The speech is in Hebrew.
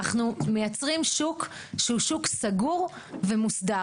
אנחנו מייצרים שוק שהוא שוק סגור ומוסדר.